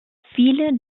viele